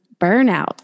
burnout